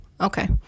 okay